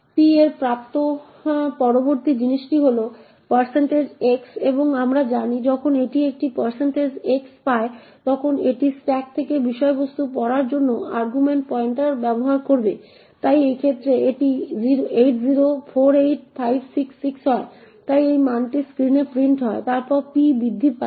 p এর প্রাপ্ত পরবর্তী জিনিসটি হল x এবং আমরা জানি যখন এটি একটি x পায় তখন এটি স্ট্যাক থেকে বিষয়বস্তু পড়ার জন্য আর্গুমেন্ট পয়েন্টার ব্যবহার করবে তাই এই ক্ষেত্রে এটি 8048566 হয় তাই এই মানটি স্ক্রিনে প্রিন্ট হয় তারপর p বৃদ্ধি পায়